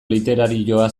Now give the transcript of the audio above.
literarioa